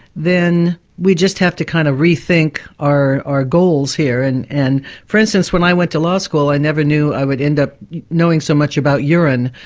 then we' just have to kind of re-think our our goals here. and and for instance, when i went to law school, i never knew i would end up knowing so much about urine,